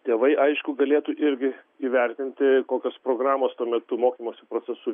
tėvai aišku galėtų irgi įvertinti kokios programos tuo metu mokymosi procesu